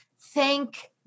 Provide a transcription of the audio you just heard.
Thank